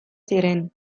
ziren